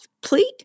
pleat